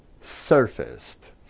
surfaced